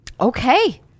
Okay